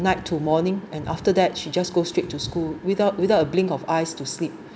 night to morning and after that she just go straight to school without without a blink of eyes to sleep